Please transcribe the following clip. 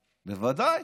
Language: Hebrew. בוודאי.